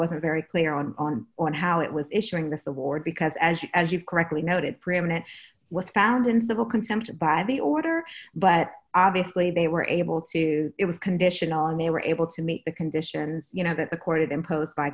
wasn't very clear on on how it was issuing this award because as you as you've correctly noted preeminent was found in civil contempt by the order but obviously they were able to it was conditional and they were able to meet the conditions you know that the court imposed by